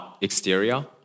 exterior